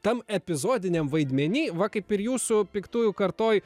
tam epizodiniam vaidmeny va kaip ir jūsų piktųjų kartoj